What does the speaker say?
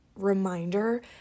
reminder